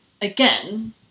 again